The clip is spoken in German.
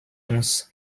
uns